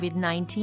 COVID-19